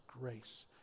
grace